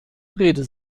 rede